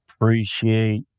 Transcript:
appreciate